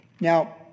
Now